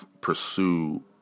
pursue